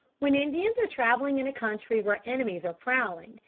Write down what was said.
when indians are travelling in a country where enemies are prowling,